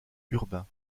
urbain